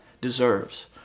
deserves